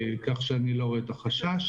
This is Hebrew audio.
כך שאני לא רואה כאן מקום לחשש.